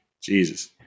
jesus